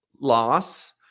loss